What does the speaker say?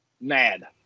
mad